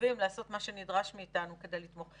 ומצווים לעשות מה שנדרש מאיתנו כדי לתמוך.